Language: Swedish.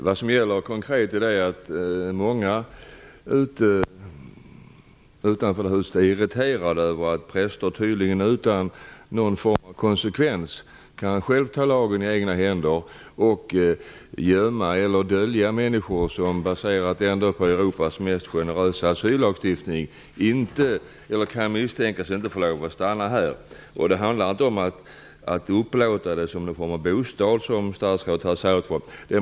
Vad det konkret handlar om är att många utanför detta hus är irriterade över att präster utan någon form av konsekvens själva kan ta lagen i egna händer och gömma eller dölja människor som, trots att vi har Europas mest generösa asyllagstiftning, inte får lov att stanna här. Det handlar inte om att upplåta kyrkan som någon form av bostad, som statsrådet har sagt här.